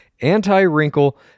anti-wrinkle